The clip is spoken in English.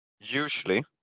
usually